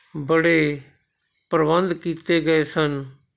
ਬੜੇ ਪ੍ਰਬੰਧ ਕੀਤੇ ਗਏ ਸਨ